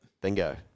Bingo